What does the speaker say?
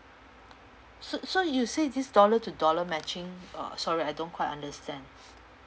so so you say this dollar to dollar matching uh sorry I don't quite understand